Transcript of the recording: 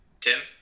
tim